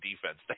defense